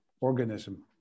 organism